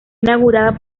inaugurada